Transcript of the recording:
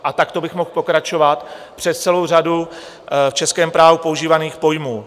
A takto bych mohl pokračovat přes celou řadu v českém právu používaných pojmů.